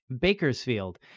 Bakersfield